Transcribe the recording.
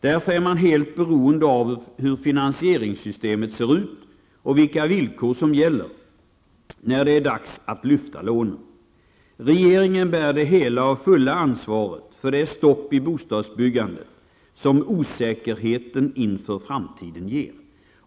Därför är man helt beroende av hur finansieringssystemet ser ut och vilka villkor som gäller när det är dags att lyfta lånen. Regeringen bär det hela och fulla ansvaret för det stopp i bostadsbyggandet som osäkerheten inför framtiden ger.